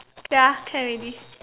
ya can already